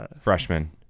Freshman